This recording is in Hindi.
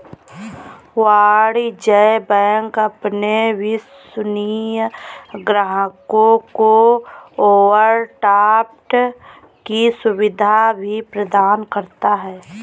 वाणिज्य बैंक अपने विश्वसनीय ग्राहकों को ओवरड्राफ्ट की सुविधा भी प्रदान करता है